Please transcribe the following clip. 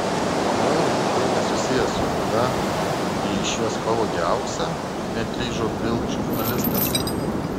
o argi tai nesusiję su rūta jei iš jos pavogė auksą neatlyžo bild žurnalistas